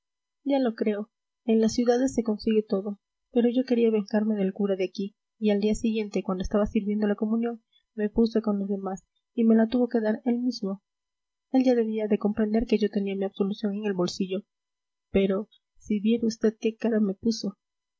ya lo creo en las ciudades se consigue todo pero yo quería vengarme del cura de aquí y al día siguiente cuando estaba sirviendo la comunión me puse con los demás y me la tuvo que dar él mismo el ya debía de comprender que yo tenía mi absolución en el bolsillo pero si viera usted qué cara me puso